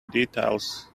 details